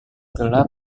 gelap